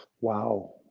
Wow